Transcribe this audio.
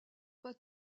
pas